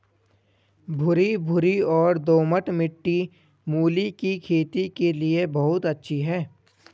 भुरभुरी और दोमट मिट्टी मूली की खेती के लिए बहुत अच्छी है